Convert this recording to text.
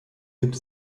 gibt